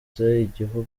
igihugu